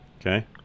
Okay